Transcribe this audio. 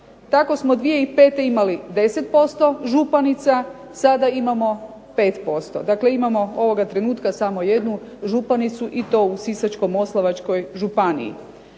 tako smo 2005. imali 10% županica, sada imamo 5%, dakle imamo ovoga trenutka samo jednu županicu i to u Sisačko-moslavačkoj županiji.